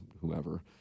whoever